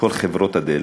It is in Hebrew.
כל חברות הדלק.